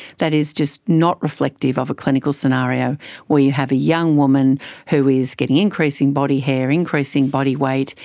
that is just not reflective of a clinical scenario where you have a young woman who is getting increasing body hair, increasing body weight,